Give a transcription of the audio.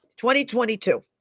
2022